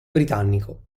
britannico